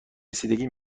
رسیدگی